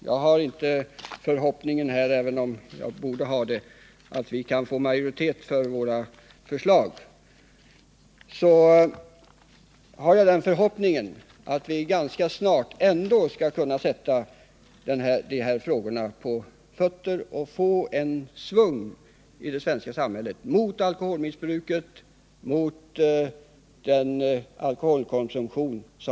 Jag har inte den förhoppningen — även om jag borde ha det — att vi skall kunna få majoritet för våra förslag, men jag hoppas ändå att vi ganska snart skall kunna få fart på behandlingen av de här problemen i det svenska samhället och åstadkomma insatser mot den alltför höga alkoholkonsumtionen.